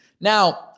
Now